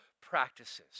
practices